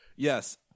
Yes